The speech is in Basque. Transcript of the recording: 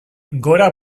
gora